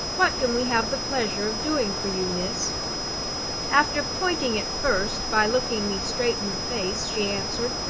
what can we have the pleasure of doing for you, miss after pointing it first by looking me straight in the face, she answered,